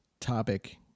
topic